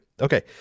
Okay